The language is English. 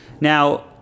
Now